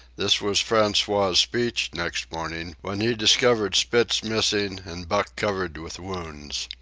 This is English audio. this was francois's speech next morning when he discovered spitz missing and buck covered with wounds.